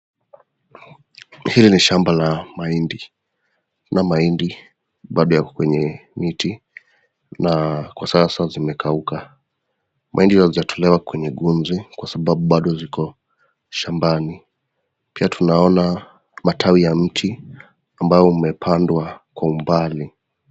Hili ni shamba la mahindi na mahindi bado yako kwenye miti na kwa sasa zimekauka. Mahindi hazijatolewa kwenye ngunzi kwa sababu bado ziko shambani, pia tunaona matawi ya mti ambao umepandwa kwa mbali.